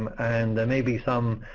and there may be some